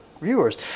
viewers